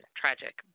tragic